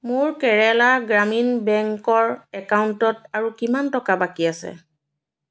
মোৰ কেৰেলা গ্ৰামীণ বেংকৰ একাউণ্টত আৰু কিমান টকা বাকী আছে